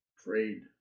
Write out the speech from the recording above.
Afraid